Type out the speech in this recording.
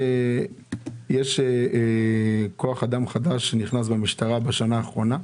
יש כוח אדם חדש שנכנס למשטרה בשנה האחרונה?